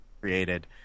created